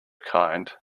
kind